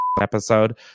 episode